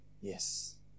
Yes